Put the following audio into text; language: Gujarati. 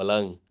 પલંગ